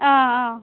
অঁ অঁ